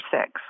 six